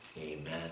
Amen